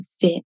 fit